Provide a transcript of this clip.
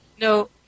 No